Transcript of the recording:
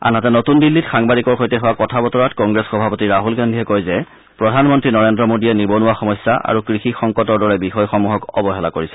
আনহাতে নতুন দিল্লীত সাংবাদিকৰ সৈতে হোৱা কথা বতৰাত কংগ্ৰেছ সভাপতি ৰাহুল গান্ধীয়ে কয় যে প্ৰধানমন্ত্ৰী নৰেন্দ্ৰ মোদীয়ে নিবনুৱা সমস্যা আৰু কৃষি সংকটৰ দৰে বিষয়সমূহৰ অৱহেলা কৰিছে